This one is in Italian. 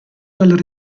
dal